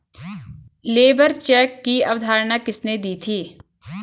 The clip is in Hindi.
लेबर चेक की अवधारणा किसने दी थी?